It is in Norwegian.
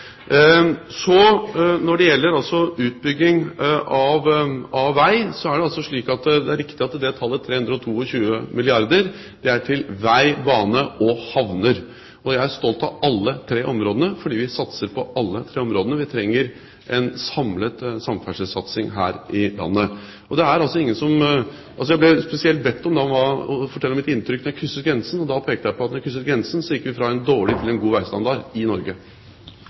Når det gjelder utbygging av vei, er det riktig at tallet 322 milliarder kr gjelder vei, bane og havner, og jeg er stolt av alle tre områdene, fordi vi satser på dem alle. Vi trenger en samlet samferdselssatsing her i landet. Jeg ble spesielt bedt om å fortelle om mitt inntrykk da jeg krysset grensen, og da pekte jeg på at da vi krysset grensen, gikk vi fra en dårlig veistandard til en god veistandard i Norge.